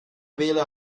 wähler